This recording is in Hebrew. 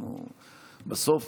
בסוף